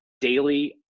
daily